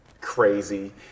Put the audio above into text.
crazy